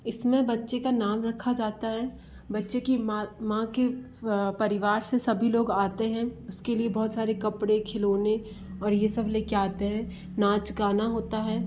इसमें बच्चे का नाम रखा जाता है बच्चे की माँ माँ के परिवार से सभी लोग आते हैं उसके लिए बहुत सारे कपड़े खिलौने और ये सब लेके आते हैं नाच गाना होता है